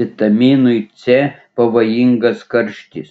vitaminui c pavojingas karštis